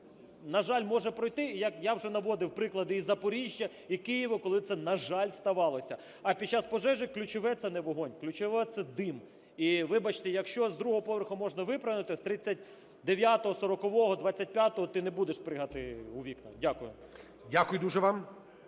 на жаль, може прийти. І як я вже наводив приклади і Запоріжжя, і Києва, коли це, на жаль, ставалося. А під час пожежі ключове – це не вогонь, ключове – це дим. І, вибачте, якщо з другого поверху можна виплигнути, з 39-го, 40-го, 25-го ти не будеш пригати у вікна. Дякую. ГОЛОВУЮЧИЙ.